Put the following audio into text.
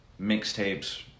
mixtapes